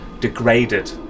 degraded